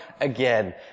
again